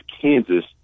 Kansas